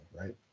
right